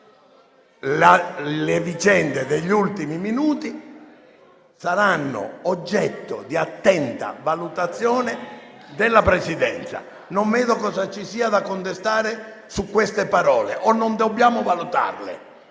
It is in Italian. Le vicende degli ultimi minuti saranno oggetto di attenta valutazione della Presidenza. *(Commenti).* Non vedo cosa ci sia da contestare con riguardo a queste parole. O non dobbiamo valutarle?